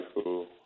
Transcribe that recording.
school